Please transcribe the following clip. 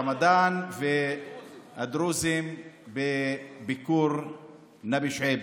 עמנו המוסלמים לרמדאן ואת הדרוזים בביקור נבי שועייב.